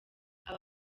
aba